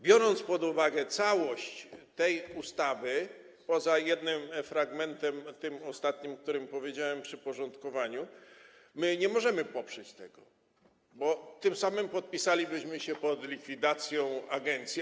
Biorąc pod uwagę całość tej ustawy, poza jednym fragmentem, tym ostatnim, o którym powiedziałem, o podporządkowaniu, nie możemy tego poprzeć, bo tym samym podpisalibyśmy się pod likwidacją agencji.